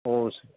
ഓ ശരി